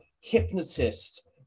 hypnotist